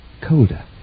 colder